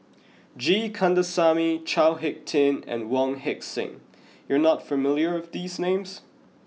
G Kandasamy Chao Hick Tin and Wong Heck Sing you are not familiar with these names